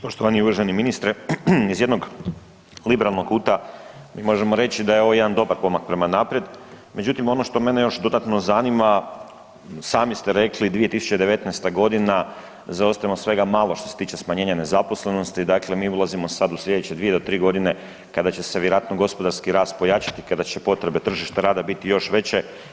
Poštovani i uvaženi ministre, iz jednog liberalnog kuta možemo reći da je ovo jedan dobar pomak prema naprijed, međutim, ono što mene još dodatno zanima, i sami ste rekli, 2019. g., zaostajemo svega malo što se tiče smanjenja nezaposlenosti, dakle mi ulazimo sad u sljedeće 2 ili 3 godine kada će se vjerojatno gospodarski rast pojačati, kada će potrebe tržišta rada biti još veće.